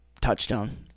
touchdown